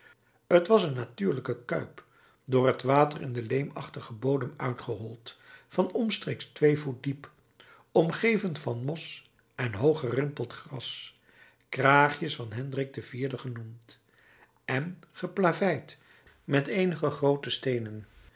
t was een natuurlijke kuip door het water in den leemachtigen bodem uitgehold van omstreeks twee voet diep omgeven van mos en hoog gerimpeld gras kraagjes van hendrik iv genoemd en geplaveid met eenige groote steenen